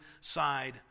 side